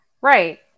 Right